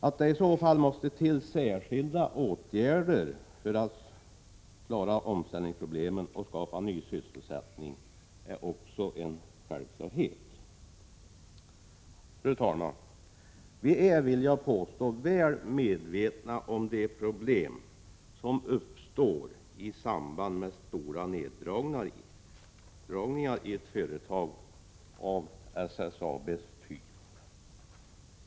Att det i så fall måste till särskilda åtgärder för att klara omställningsproblemen och skapa ny sysselsättning är också en självklarhet. Fru talman! Vi är, vill jag påstå, väl medvetna om de problem som uppstår i 12 samband med stora neddragningar i ett företag av SSAB:s typ.